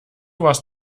warst